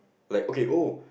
like okay oh